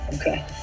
Okay